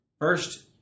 first